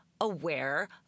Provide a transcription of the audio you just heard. aware